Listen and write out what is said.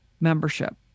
membership